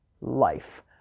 life